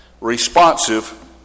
responsive